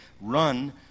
run